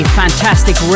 fantastic